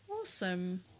Awesome